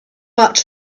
but